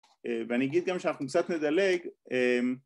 ואני אגיד גם שאנחנו קצת נדלג